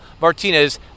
Martinez